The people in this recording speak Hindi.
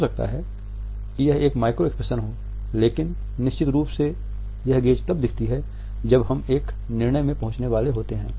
हो सकता है यह एक माइक्रो एक्सप्रेशन हो लेकिन निश्चित रूप से यह गेज़ तब दिखती है जब हम एक निर्णय में पहुंचने वाले होते है